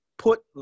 Put